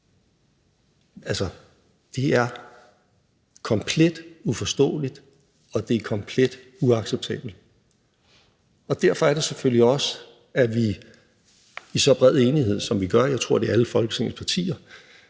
det? Det er komplet uforståeligt, og det er komplet uacceptabelt, og derfor er det selvfølgelig også, at vi i så bred enighed, som vi gør – jeg tror, det er alle Folketingets partier